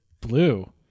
blue